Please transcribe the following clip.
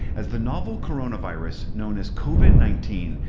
as the novel coronavirus, known as covid nineteen,